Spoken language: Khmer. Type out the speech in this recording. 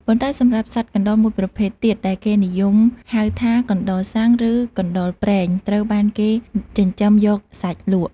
ប៉ុន្តែសម្រាប់សត្វកណ្តុរមួយប្រភេទទៀត ដែលគេនិយមហៅថា កណ្តុរសុាំង ឬ កណ្តុរព្រែង ត្រូវបានគេចិញ្ចឹមយកសាច់លក់។